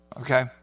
okay